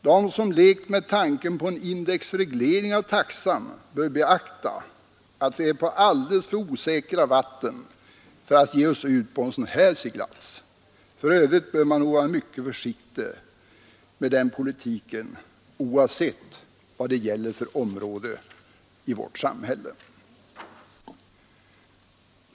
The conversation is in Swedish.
De §om lekt med tanken på indexreglering av taxan bör beakta att vi är på alldeles för osäkra vatten för att ge oss ut på en sådan seglats. För övrigt bör man nog vara mycket försiktig med den politiken oavsett vad det gäller för område i vårt samhälle.